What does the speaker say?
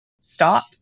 stop